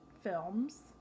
films